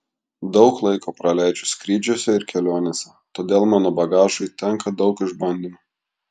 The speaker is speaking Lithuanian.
daug laiko praleidžiu skrydžiuose ir kelionėse todėl mano bagažui tenka daug išbandymų